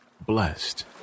blessed